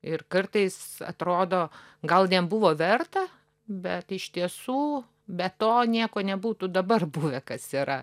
ir kartais atrodo gal nebuvo verta bet iš tiesų be to nieko nebūtų dabar buvę kas yra